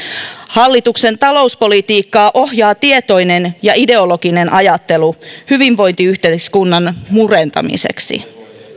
hallituksen talouspolitiikkaa ohjaa tietoinen ja ideologinen ajattelu hyvinvointiyhteiskunnan murentamiseksi